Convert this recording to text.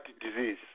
disease